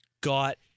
got